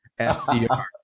SDR